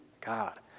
God